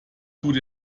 tut